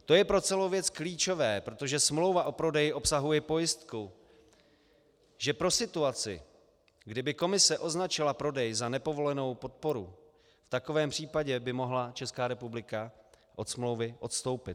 To je pro celou věc klíčové, protože smlouva o prodeji obsahuje pojistku, že pro situaci, kdy by Komise označila prodej za nepovolenou podporu, v takovém případě by mohla ČR od smlouvy odstoupit.